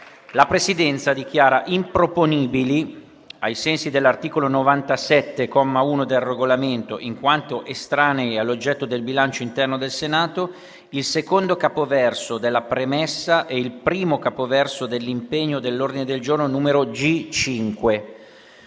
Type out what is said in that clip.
La Presidenza dichiara improponibili, ai sensi dell'articolo 97, comma 1, del Regolamento, in quanto estranei all'oggetto del bilancio interno del Senato, il secondo capoverso della premessa e il primo capoverso dell'impegno dell'ordine del giorno G5,